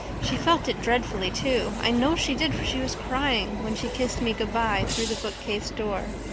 she felt it dreadfully, too, i know she did, for she was crying when she kissed me good-bye through the bookcase door.